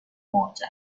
مواجه